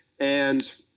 and,